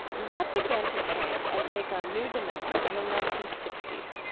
that began to change and take on new dimensions in the nineteen sixty s,